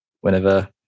whenever